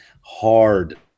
hard